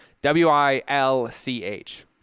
W-I-L-C-H